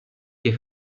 και